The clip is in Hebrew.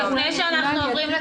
לאן אתם הולכים?